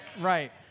Right